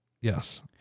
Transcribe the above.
Yes